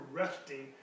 resting